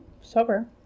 sober